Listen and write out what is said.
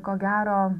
ko gero